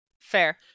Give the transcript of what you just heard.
Fair